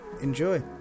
Enjoy